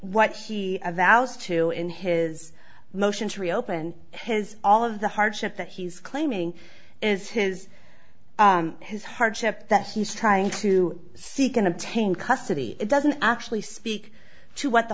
what she vows to in his motion to reopen his all of the hardship that he's claiming is his his hardship that he's trying to seek and obtain custody it doesn't actually speak to what the